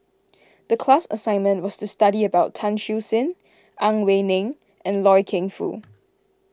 the class assignment was to study about Tan Siew Sin Ang Wei Neng and Loy Keng Foo